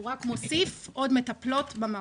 הוא רק מוסיף עוד מטפלות במעון.